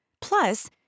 Plus